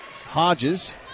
Hodges